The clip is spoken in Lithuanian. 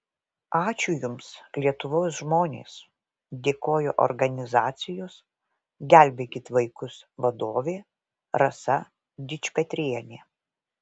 ačiū jums lietuvos žmonės dėkojo organizacijos gelbėkit vaikus vadovė rasa dičpetrienė